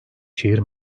şehir